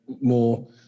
more